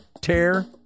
tear